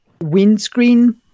windscreen